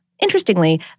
Interestingly